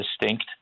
distinct